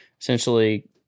essentially